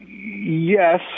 Yes